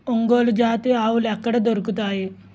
ఒంగోలు జాతి ఆవులు ఎక్కడ దొరుకుతాయి?